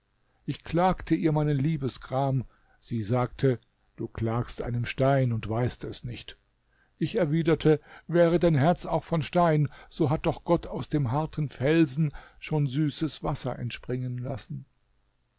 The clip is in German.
ich klagte ihr meinen liebesgram sie sagte du klagst einem stein und weißt es nicht ich erwiderte wäre dein herz auch von stein so hat doch gott aus dem harten felsen schon süßes wasser entspringen lassen